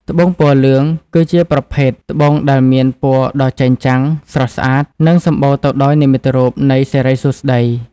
ត្បូងពណ៌លឿង គឺជាប្រភេទត្បូងដែលមានពណ៌ដ៏ចែងចាំង ស្រស់ស្អាត និងសម្បូរទៅដោយនិមិត្តរូបនៃសិរីសួស្តី។